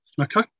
Okay